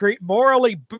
morally